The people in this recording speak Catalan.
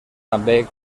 també